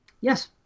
Yes